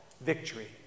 victory